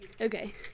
Okay